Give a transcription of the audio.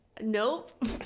Nope